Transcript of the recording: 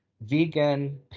vegan